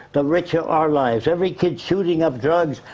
the richer our lives. every kid shooting up drugs,